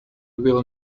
will